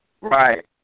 Right